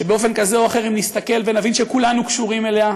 שבאופן כזה או אחר אם נסתכל ונבין שכולנו קשורים אליה,